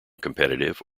competitive